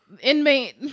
inmate